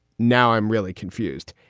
now i'm really confused,